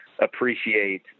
appreciate